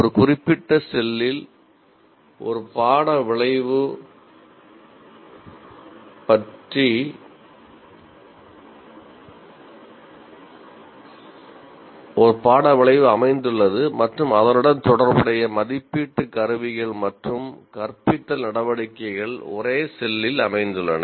ஒரு குறிப்பிட்ட செல்லில் அமைந்துள்ளன